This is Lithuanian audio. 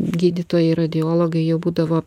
gydytojai radiologai jie būdavo